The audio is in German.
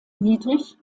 niedrig